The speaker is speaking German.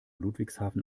ludwigshafen